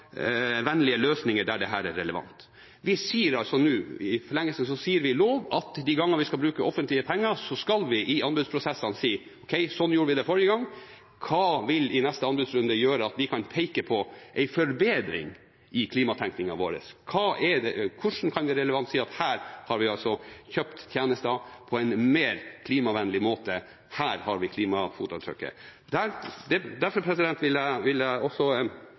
løsninger der dette er relevant.» I forlengelsen sier vi i lov at de gangene vi skal bruke offentlige penger, skal vi i anbudsprosessene si: Ok, slik gjorde vi det forrige gang. Hva vil i neste anbudsrunde gjøre at vi kan peke på en forbedring i klimatenkningen vår? Hvordan kan vi, relevant, si at her har vi kjøpt tjenester på en mer klimavennlig måte, her har vi klimafotavtrykket? Derfor vil jeg avslutte med å si at jeg